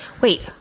Wait